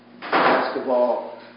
basketball